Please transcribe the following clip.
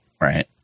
right